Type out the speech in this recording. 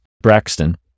Braxton